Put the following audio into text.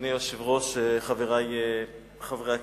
אדוני היושב-ראש, חברי חברי הכנסת,